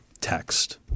text